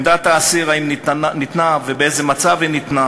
עמדת האסיר, האם ניתנה, ובאיזה מצב היא ניתנה